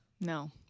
No